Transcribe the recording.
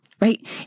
right